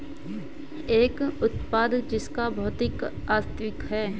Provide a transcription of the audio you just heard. एक उत्पाद जिसका भौतिक अस्तित्व है?